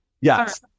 Yes